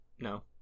No